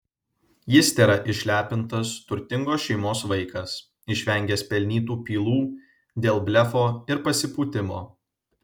jis tėra išlepintas turtingos šeimos vaikas išvengęs pelnytų pylų dėl blefo ir pasipūtimo